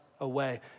away